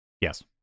yes